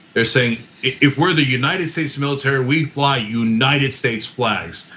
they're saying if we're the united states military, we'd fly united states flags,